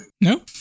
No